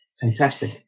fantastic